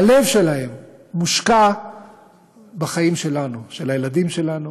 הלב שלהם מושקע בחיים שלנו, של הילדים שלנו